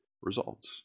Results